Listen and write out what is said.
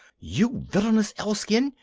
you villainous elf-skin!